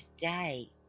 today